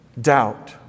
doubt